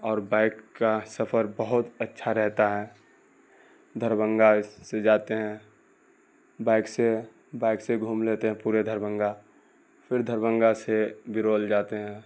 اور بائک کا سفر بہت اچھا رہتا ہے دربھنگہ سے جاتے ہیں بائک سے بائک سے گھوم لیتے ہیں ہیں پورے دربھنگہ پھر دربھنگہ سے برول جاتے ہیں